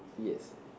yes